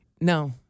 No